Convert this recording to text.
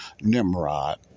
Nimrod